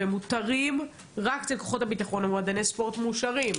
והם מותרים רק אצל כוחות הביטחון ומועדוני ספורט מאושרים.